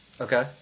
Okay